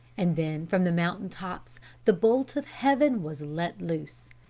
and then from the mountain tops the bolt of heaven was let loose.